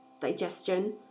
digestion